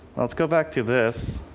let's go back to this.